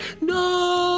no